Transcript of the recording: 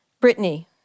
Brittany